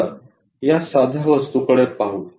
चला या साध्या वस्तूकडे पाहू